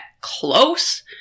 close